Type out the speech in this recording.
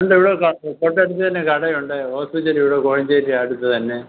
ഉണ്ടിവിടെ അത് തൊട്ടടുത്ത് തന്നെ കടയുണ്ട് ഹോസ്പിറ്റലിവിടെ കോഴഞ്ചേരി അടുത്ത് തന്നെ